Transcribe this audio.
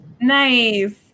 Nice